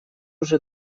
уже